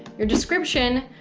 your description,